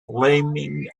flaming